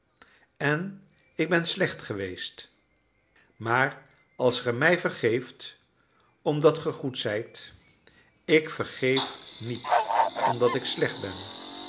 en ik ben slecht geweest maar als ge mij vergeeft omdat ge goed zijt ik vergeef niet omdat ik slecht ben